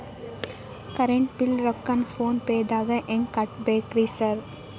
Current bill ರೊಕ್ಕಾನ phone ಪೇದಾಗ ಹೆಂಗ್ ಕಟ್ಟಬೇಕ್ರಿ ಸರ್?